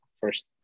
first